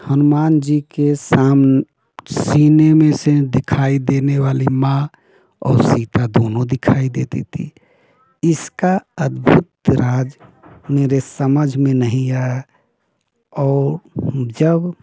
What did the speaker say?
हनुमान जी के साम सीने में से दिखाई देने वाली माँ और सीता दोनों दिखाई देती थी इसका अद्भुत राज़ मेरे समझ में नहीं आया और जब